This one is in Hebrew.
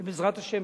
ובעזרת השם,